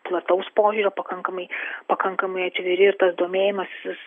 plataus požiūrio pakankamai pakankamai atviri ir tas domėjimasis